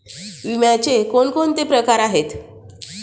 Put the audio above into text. विम्याचे कोणकोणते प्रकार आहेत?